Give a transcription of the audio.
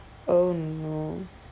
oh no